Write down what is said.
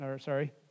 Sorry